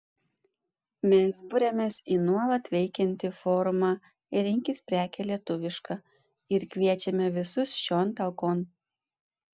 mes buriamės į nuolat veikiantį forumą rinkis prekę lietuvišką ir kviečiame visus šion talkon